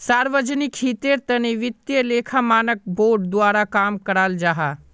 सार्वजनिक हीतेर तने वित्तिय लेखा मानक बोर्ड द्वारा काम कराल जाहा